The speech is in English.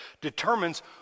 determines